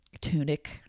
tunic